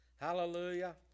Hallelujah